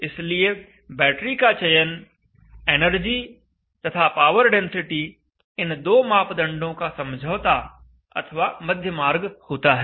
इसलिए बैटरी का चयन एनर्जी तथा पावर डेंसिटी इन दो मापदंडों का समझौता अथवा मध्य मार्ग होता है